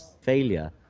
failure